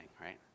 right